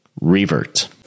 Revert